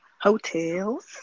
Hotels